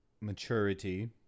Maturity